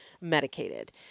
medicated